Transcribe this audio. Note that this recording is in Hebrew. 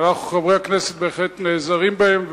ואנחנו חברי הכנסת בהחלט נעזרים בהם.